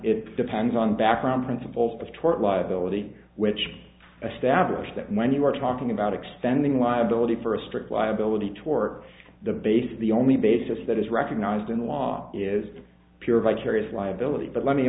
it depends on background principles of tort liability which stablish that when you are talking about extending liability for a strict liability tort the base the only basis that is recognized in the law is pure vicarious liability but let me